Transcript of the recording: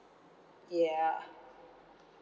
ya